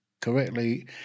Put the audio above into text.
correctly